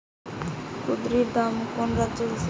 কুঁদরীর দাম কোন রাজ্যে বেশি?